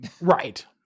Right